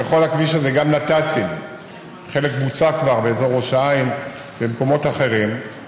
אני זה שנותן את הפתרונות למה שאחרים לא